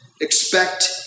expect